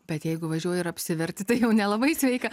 bet jeigu važiuoji ir apsiverti tai jau nelabai sveika